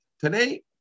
Today